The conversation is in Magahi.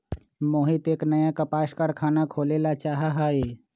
मोहित एक नया कपास कारख़ाना खोले ला चाहा हई